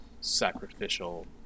sacrificial